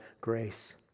grace